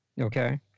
okay